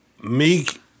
Meek